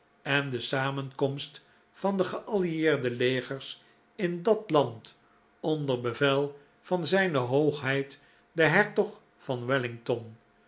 en de samenkomst van de geallieerde legers in dat land onder bevel van zijne hoogheid den hertog van wellington